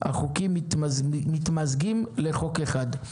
החוקים מתמזגים לחוק אחד.